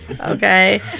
okay